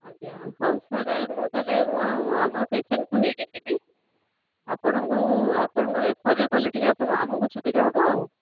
ଆଜ୍ଞା ହଉ ସାର୍ ମୁଁ ତା'ହେଲେ ମୋ ଆମ ପେସେଣ୍ଟ୍କୁ ନେଇକି ଯିବି ଆପଣଙ୍କୁ ଆପଣଙ୍କ ରେଫର୍ରେ ଗଲେ ଟିକିଏ ଆପଣ ଆମକୁ ସୁବିଧା ହେବ ଆଉ